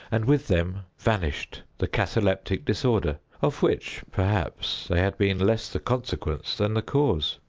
and with them vanished the cataleptic disorder, of which, perhaps, they had been less the consequence than the cause.